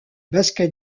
basket